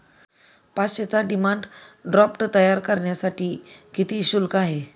पाचशेचा demand draft तयार करण्यासाठी किती शुल्क आहे?